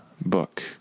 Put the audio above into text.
book